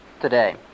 today